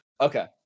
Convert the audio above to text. Okay